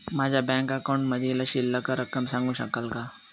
माझ्या बँक अकाउंटमधील शिल्लक रक्कम सांगू शकाल का?